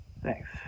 Thanks